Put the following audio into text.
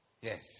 Yes